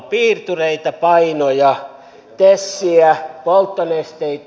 piirtureita painoja tesiä polttonesteitä